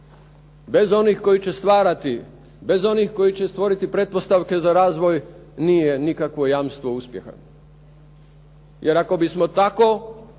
bez onih koji će stvarati, bez onih koji će stvoriti pretpostavke za razvoj nije nikakvo jamstvo uspjeha jer ako bismo tako